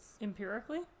Empirically